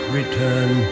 return